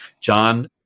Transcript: John